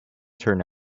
turn